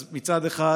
אז מצד אחד